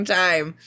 time